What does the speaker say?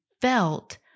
felt